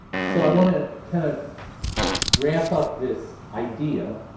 so i want to kind of wrap up this idea.